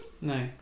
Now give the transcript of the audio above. No